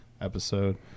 episode